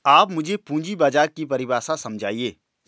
आप मुझे पूंजी बाजार की परिभाषा समझाइए